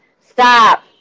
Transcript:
stop